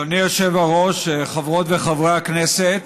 אדוני היושב-ראש, חברות וחברי הכנסת,